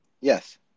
yes